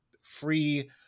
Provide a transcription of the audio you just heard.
free